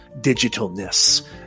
digitalness